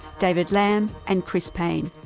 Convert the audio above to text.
david lamb and chris paine.